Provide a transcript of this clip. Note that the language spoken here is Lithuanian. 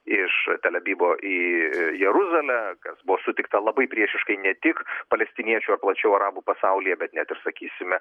iš tel avivo į jeruzalę kas buvo sutikta labai priešiškai ne tik palestiniečių ar plačiau arabų pasaulyje bet net ir sakysime